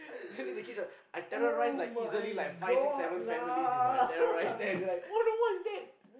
and do you the kids right I terrorize like easily like five six seven families you know I terrorize them they will be like oh no what's that